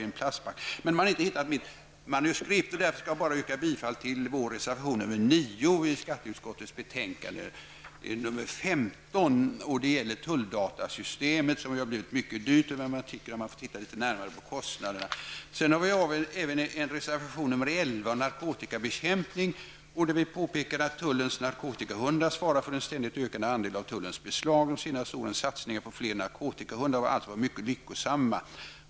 Men man har inte hittat mitt manuskript, och jag skall därför bara yrka bifall till vår reservation nr 9 till skatteutskottets betänkande nr Detta betänkande gäller tulldatasystemet, som ju har blivit mycket dyrt, vilket man märker om man tittar närmare på kostnaderna. Vi har även en reservation nr 11, om narkotikabekämpningen. Vi påpekar där att tullens narkotikahundar svarar för en ständigt ökande andel av tullens beslag och att de senaste årens satsningar på fler narkotikahundar alltså har varit mycket lyckosamma.